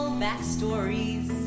backstories